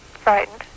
frightened